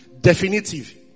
Definitive